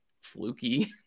fluky